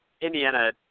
Indiana